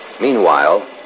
Meanwhile